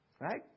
Right